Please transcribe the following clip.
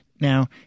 Now